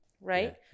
right